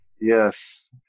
Yes